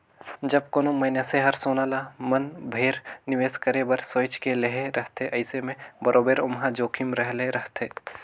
जब कोनो मइनसे हर सोना ल मन भेर निवेस करे बर सोंएच के लेहे रहथे अइसे में बरोबेर ओम्हां जोखिम रहले रहथे